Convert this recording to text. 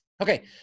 Okay